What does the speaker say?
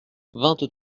vingt